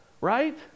right